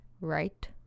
Right